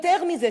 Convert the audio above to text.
יותר מזה,